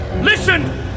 Listen